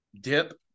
dip